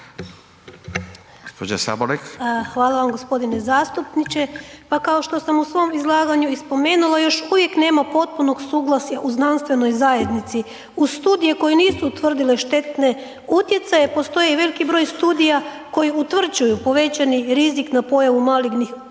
Hvala vam g. zastupniče, pa kao što sam u svom izlaganju i spomenula još uvijek nema potpunog suglasja u znanstvenoj zajednici u studije koje nisu utvrdile štetne utjecaje, postoji i veliki broj studija koji utvrđuju povećani rizik na pojavu malignih oboljenja,